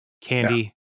candy